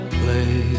play